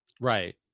right